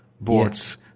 boards